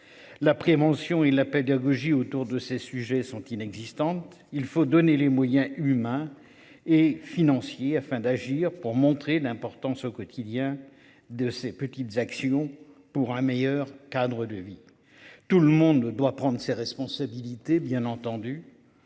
La prévention et la pédagogie autour de ces sujets sont inexistantes. Il faut donner les moyens humains et financiers afin d'agir pour montrer d'importance au quotidien de ces petites actions, pour un meilleur cadre de vie. Tout le monde doit prendre ses responsabilités bien entendu.